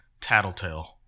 tattletale